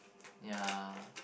ya